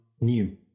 new